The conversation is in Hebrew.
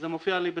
זה מופיע לי גם